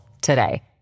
today